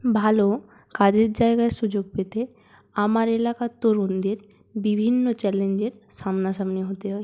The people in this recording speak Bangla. ভালো কাজের জায়গায় সুযোগ পেতে আমার এলাকার তরুণদের বিভিন্ন চ্যালেঞ্জের সামনাসামনি হতে হয়